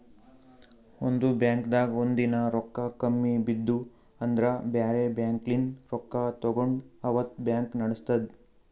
ಒಂದ್ ಬಾಂಕ್ದಾಗ್ ಒಂದಿನಾ ರೊಕ್ಕಾ ಕಮ್ಮಿ ಬಿದ್ದು ಅಂದ್ರ ಬ್ಯಾರೆ ಬ್ಯಾಂಕ್ಲಿನ್ತ್ ರೊಕ್ಕಾ ತಗೊಂಡ್ ಅವತ್ತ್ ಬ್ಯಾಂಕ್ ನಡಸ್ತದ್